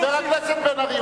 חבר הכנסת בן-ארי,